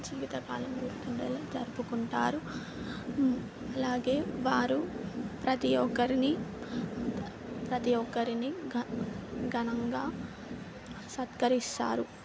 జీవితకాలం గుర్తుండేలా జరుపుకుంటారు అలాగే వారు ప్రతి ఒక్కరిని ప్రతి ఒక్కరిని ఘ ఘనంగా సత్కరిస్తారు